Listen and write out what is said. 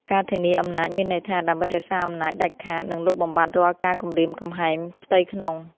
ការធានាអំណាចមានន័យថា ដើម្បីរក្សាអំណាចដាច់ខាត និងលុបបំបាត់រាល់ការគំរាមកំហែងផ្ទៃក្នុង។